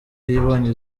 yabonye